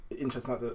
interesting